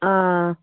ꯑꯥ